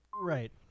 right